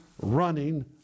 running